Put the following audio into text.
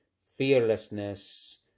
fearlessness